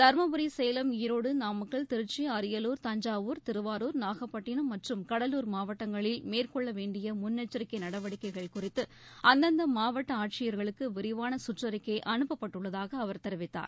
தருமபுரி சேலம் ஈரோடு நாமக்கல் திருச்சி அரியலூர் தஞ்சாவூர் திருவாரூர் நாகப்பட்டினம் மற்றும் கடலூர் மாவட்டங்களில் மேற்கொள்ள வேண்டிய முன்னெச்சரிக்கை நடவடிக்கைகள் குறித்து அந்தந்த மாவட்ட ஆட்சியர்களுக்கு விரிவான சுற்றறிக்கை அனுப்பப்பட்டுள்ளதாக அவர் தெரிவித்தார்